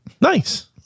nice